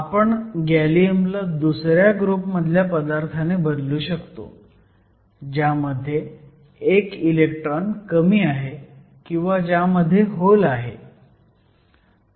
आपण गॅलियम ला दुसऱ्या ग्रुपमधल्या पदार्थाने बदलू शकतो ज्यामध्ये एक इलेक्ट्रॉन कमी आहे किंवा ज्यामध्ये होल आहे